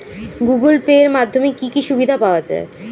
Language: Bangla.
গুগোল পে এর মাধ্যমে কি কি সুবিধা পাওয়া যায়?